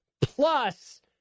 plus